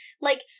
like-